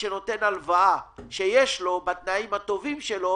שנותן הלוואה שיש לו בתנאים הטובים שלו